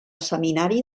seminari